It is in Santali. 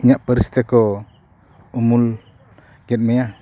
ᱤᱧᱟᱹᱜ ᱯᱟᱹᱨᱤᱥ ᱛᱮᱠᱚ ᱩᱢᱩᱞ ᱠᱮᱫ ᱢᱮᱭᱟ